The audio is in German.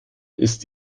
ist